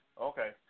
Okay